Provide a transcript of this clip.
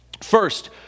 First